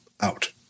out